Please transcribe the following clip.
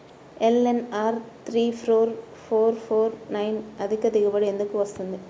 LNR three four four four nine అధిక దిగుబడి ఎందుకు వస్తుంది?